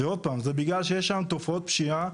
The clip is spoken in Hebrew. ועוד פעם, זה בגלל שיש שם תופעות פשיעה